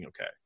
okay